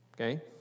Okay